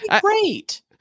Great